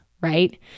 right